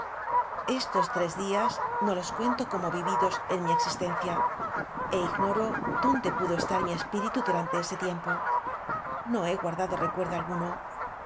estos tres días no los cuento como vividos en m í existen cia é ignoro dónde pudo estar mi espíritu du rante ese tiempo no he guardado recuerdo al